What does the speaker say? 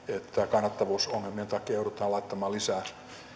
kannattavuusongelmien takia joudutaan laittamaan lisää